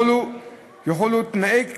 יחולו תנאי כשירות,